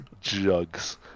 jugs